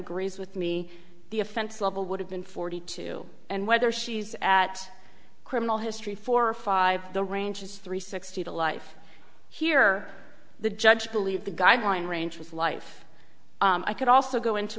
agrees with me the offense level would have been forty two and whether she's at criminal history four or five the range is three sixty to life here the judge believes the guideline range was life i could also go into